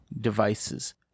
devices